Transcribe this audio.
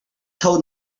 told